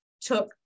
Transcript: took